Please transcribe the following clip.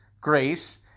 grace